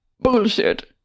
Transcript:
Bullshit